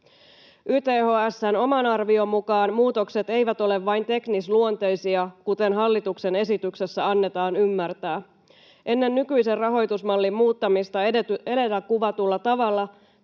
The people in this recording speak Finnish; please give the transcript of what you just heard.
YTHS:n oman arvion mukaan muutokset eivät ole vain teknisluonteisia, kuten hallituksen esityksessä annetaan ymmärtää. Ennen nykyisen rahoitusmallin muuttamista edellä kuvatulla tavalla